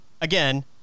again